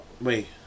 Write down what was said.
wait